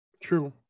True